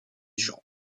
gens